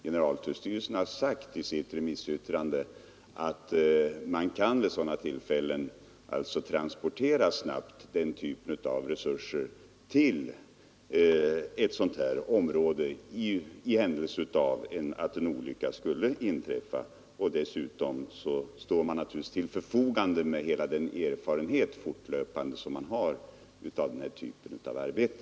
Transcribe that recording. Generaltullstyrelsen har sagt i sitt remissyttrande att man vid sådana tillfällen snabbt kan transportera den typen av resurser till ett sådant här område, om en olycka skulle inträffa. Dessutom står man naturligtvis till förfogande med hela den fortlöpande erfarenhet som man har av denna typ av arbete.